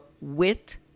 wit